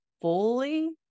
fully